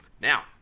Now